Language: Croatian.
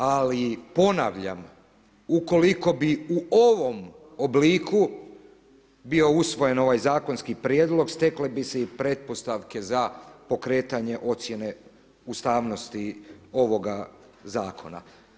Ali ponavljam, ukoliko bi u ovom obliku bio usvojen ovaj zakonski prijedlog stekle bi se i pretpostavke za pokretanje ocjene ustavnosti ovoga zakona.